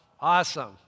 awesome